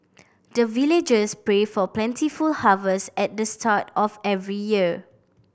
the villagers pray for plentiful harvest at the start of every year